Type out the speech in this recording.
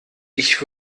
ich